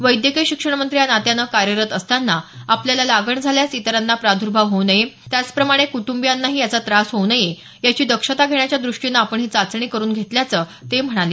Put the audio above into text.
वैद्यकीय शिक्षण मंत्री या नात्यानं कार्यरत असताना आपल्याला लागण झाल्यास इतरांना प्रादुर्भाव होऊ नये त्याचप्रमाणे कुटुंबियांनाही याचा त्रास होऊ नये याची दक्षता घेण्याच्या द्रष्टीने आपण ही चाचणी करून घेतल्याचं ते म्हणाले